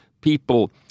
people